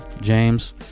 James